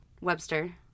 Webster